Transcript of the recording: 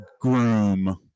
Groom